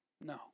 No